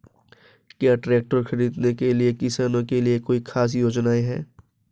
क्या ट्रैक्टर खरीदने के लिए किसानों के लिए कोई ख़ास योजनाएं हैं?